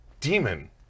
Demon